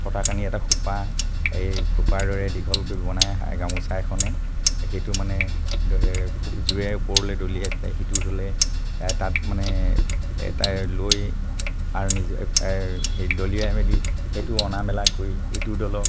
ফটা কানি এটা খোপা এই খোপাৰ দৰে দীঘলকৈ বনাই গামোচা এখনে সেইটো মানে খুব জোৰে ওপৰলৈ দলিয়াই পেলাই সিটো দলে তাত মানে লৈ আৰু নিজে দলিয়াই মেলি সেইটো অনামেলা কৰি ইটো দলৰ